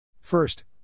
First